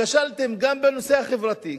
כשלתם גם בנושא החברתי,